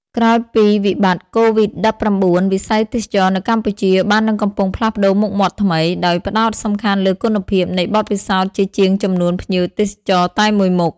ក្រោយពីវិបត្តកូវីដ១៩ វិស័យទេសចរណ៍នៅកម្ពុជាបាននឹងកំពុងផ្លាស់ប្តូរមុខមាត់ថ្មី ដោយផ្ដោតសំខាន់លើគុណភាពនៃបទពិសោធន៍ជាជាងចំនួនភ្ញៀវទេសចរតែមួយមុខ។